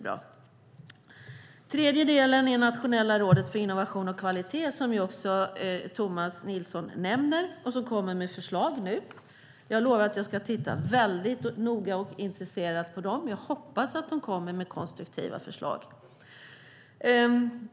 Det tredje steget är Nationella rådet för innovation och kvalitet, som Tomas Nilsson också nämnde. De kommer med förslag nu. Jag lovar att jag ska titta väldigt noga och intresserat på dem. Jag hoppas att de kommer med konstruktiva förslag.